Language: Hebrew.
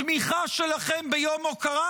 תמיכה שלכם ביום הוקרה?